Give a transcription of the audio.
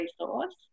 resource